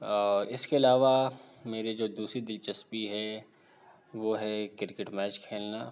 اور اس کے علاوہ میرے جو دوسری دلچسپی ہے وہ ہے کرکٹ میچ کھیلنا